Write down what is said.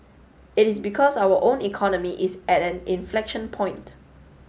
it is because our own economy is at an inflection point